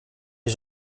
les